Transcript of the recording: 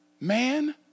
Man